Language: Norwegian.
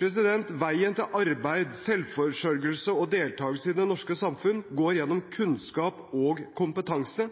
Veien til arbeid, selvforsørgelse og deltakelse i det norske samfunnet går gjennom kunnskap og kompetanse.